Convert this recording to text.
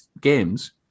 games